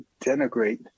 denigrate